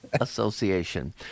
association